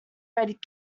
red